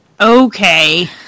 Okay